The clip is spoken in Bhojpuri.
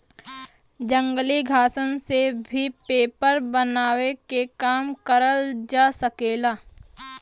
जंगली घासन से भी पेपर बनावे के काम करल जा सकेला